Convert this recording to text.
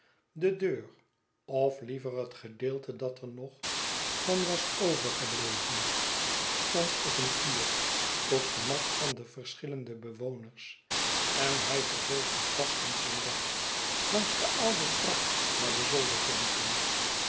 de deur of liever het gedeelte dat er nog van was overgebleven stond op een kier tot gemak van de verschillende bewoners en hij vervolgde tastend zijn weg langs de oude trap naar de